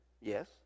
yes